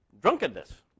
drunkenness